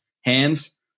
hands